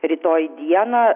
rytoj dieną